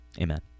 Amen